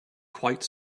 quite